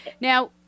Now